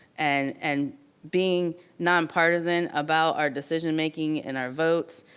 and and being non partisan about our decision making, and our votes,